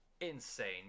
insane